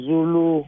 Zulu